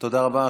תודה רבה.